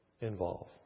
involve